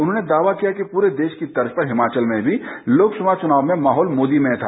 उन्होंने दावा किया कि पूरे देश की तर्ज पर हिमाचल में भी लोकसभा चुनाव में माहौल मोदीमय था